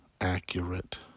accurate